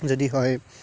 যদি হয়